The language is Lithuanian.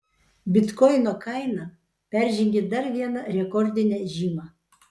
bitkoino kaina peržengė dar vieną rekordinę žymą